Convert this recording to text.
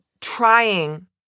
trying